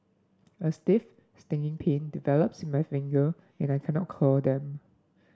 a stiff stinging pain develops in my finger and I cannot curl them